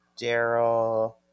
Daryl